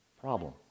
Problem